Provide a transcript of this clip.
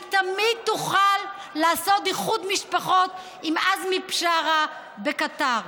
היא תמיד תוכל לעשות איחוד משפחות עם עזמי בשארה בקטאר.